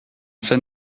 fin